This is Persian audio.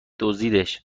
دزدیدش